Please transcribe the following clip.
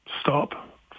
stop